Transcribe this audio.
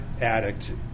addict